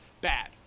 bad